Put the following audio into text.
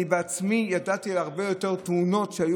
אני בעצמי ידעתי על הרבה יותר תאונות שהיו